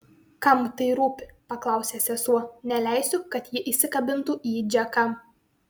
kam tai rūpi paklausė sesuo neleisiu kad ji įsikabintų į džeką